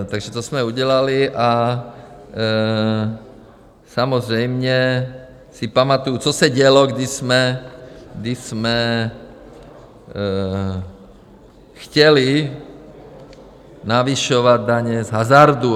Takže to jsme udělali a samozřejmě si pamatuji, co se dělo, když jsme chtěli navyšovat daně z hazardu.